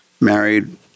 Married